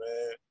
man